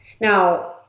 now